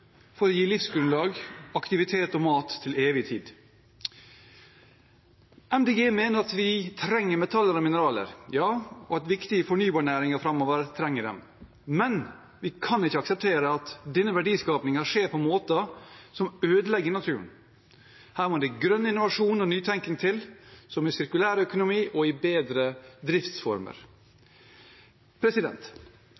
å gi livsgrunnlag, aktivitet og mat til evig tid. Miljøpartiet De Grønne mener at vi trenger metaller og mineraler, og at viktige fornybar-næringer framover vil trenge dem, men vi kan ikke akseptere at denne verdiskapingen skjer på måter som ødelegger naturen. Her må det grønn innovasjon og nytenkning til, som f.eks. sirkulærøkonomi og bedre driftsformer.